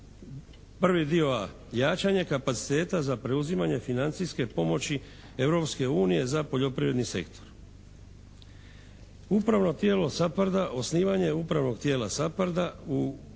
Prvi dio A: jačanje kapaciteta za preuzimanje financijske pomoći Europske unije za poljoprivredni sektor, upravno tijelo SAPHARD-a, osnivanje upravnog tijela SAPHARD-a u